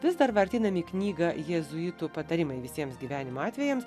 vis dar vartydami knygą jėzuitų patarimai visiems gyvenimo atvejams